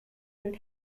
and